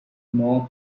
more